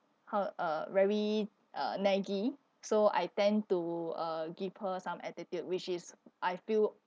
her uh very uh naggy so I tend to uh give her some attitude which is I feel